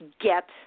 get